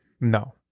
No